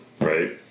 right